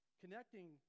Connecting